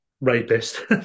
rapist